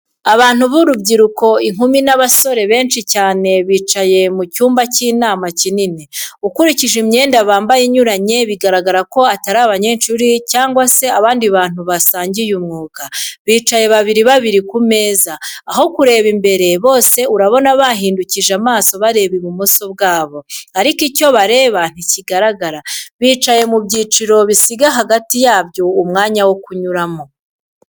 Abantu b'urubyiruko, inkumi n'abasore, benshi cyane bicaye mu cyumba cy'inama kinini. Ukurikije imyenda bambaye inyuranye, bigaragara ko atari abanyeshuri cyangwa se abandi bantu basangiye umwuga. Bicaye babiri babiri ku meza, Aho kureba imbere, bose urabona bahindukije amaso bareba ibumoso bwabo, ariko icyo bareba ntikigaragara. Bicaye mu byiciro bisiga hagati yabyo umwanya wo kunyuramo.